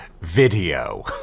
video